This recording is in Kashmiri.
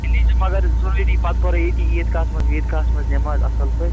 تیٚلہِ یِیٖزِ مگر ضُروٗری پتہٕ پَرو ییٚتی عیٖد گاہس منٛز ویٖد گاہس منٛز نیٚمازاصٕل پٲٹھۍ